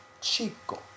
chico